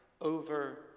over